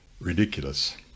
ridiculous